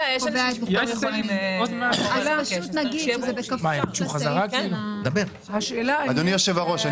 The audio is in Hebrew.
אדוני היושב-ראש,